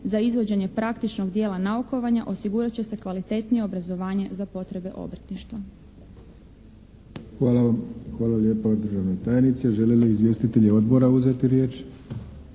za izvođenje praktičnog dijela naukovanja osigurat će se kvalitetnije obrazovanje za potreba obrtništva.